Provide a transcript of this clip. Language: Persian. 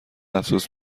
افسوس